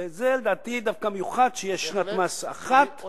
וזה לדעתי דווקא מיוחד שתהיה שנת מס אחת, בהחלט.